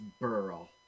Burl